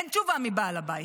אין תשובה מבעל הבית.